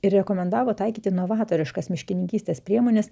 ir rekomendavo taikyti novatoriškas miškininkystės priemones